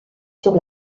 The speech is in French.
sur